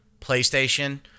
PlayStation